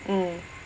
mm